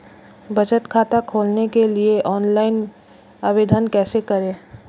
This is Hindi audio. बचत खाता खोलने के लिए ऑनलाइन आवेदन कैसे करें?